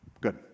Good